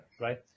right